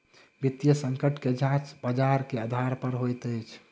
वित्तीय संकट के जांच बजार के आधार पर होइत अछि